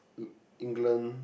England